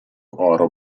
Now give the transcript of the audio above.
oro